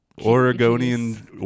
oregonian